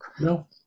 No